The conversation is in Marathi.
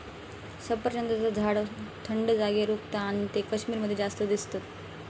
सफरचंदाचा झाड थंड जागेर उगता आणि ते कश्मीर मध्ये जास्त दिसतत